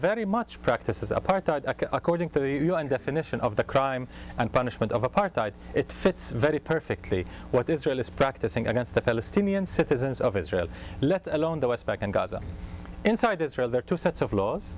very much practices apartheid according to the definition of the crime and punishment of apartheid it fits very perfectly what israel is practicing against the palestinian citizens of israel let alone the west bank and gaza inside israel there are two sets of laws